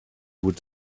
would